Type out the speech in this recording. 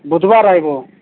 ବୁଧବାର ଆସିବ